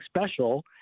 special